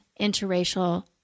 interracial